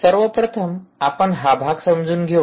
सर्वप्रथम आपण हा भाग समजून घेऊ